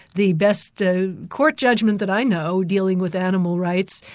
the best ah court judgment that i know dealing with animal rights,